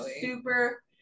super